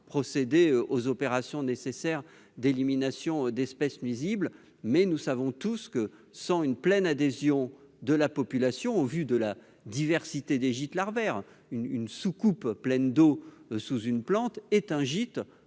procéder aux opérations nécessaires d'élimination d'espèces nuisibles. Nous connaissons tous l'importance d'une pleine adhésion de la population, surtout au regard de la diversité des gîtes larvaires- une soucoupe pleine d'eau sous une plante est un gîte